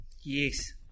Yes